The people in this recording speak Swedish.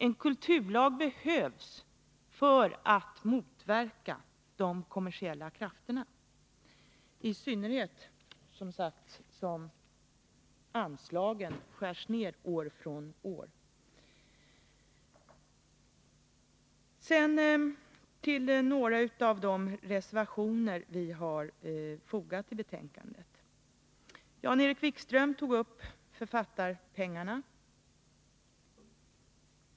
En kulturlag behövs för att motverka de kommersiella krafterna — i synnerhet, som sagt, eftersom anslagen skärs ner år från år. Sedan till några av de reservationer vi har fogat till betänkandet. Jan-Erik Wikström tog upp författarersättningen.